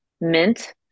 mint